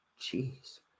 Jeez